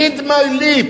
Read my lips,